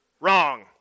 wrong